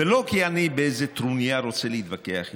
ולא כי אני בא באיזו טרוניה, רוצה להתווכח איתם,